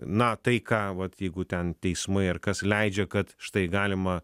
na tai ką vat jeigu ten teismai ar kas leidžia kad štai galima